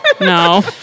No